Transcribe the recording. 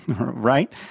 Right